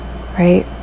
Right